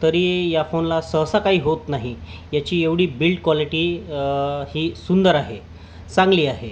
तरी या फोनला सहसा काही होत नाही याची एवढी बिल्ट कॉलिटी ही सुंदर आहे चांगली आहे